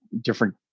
different